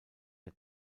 der